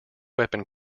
weapon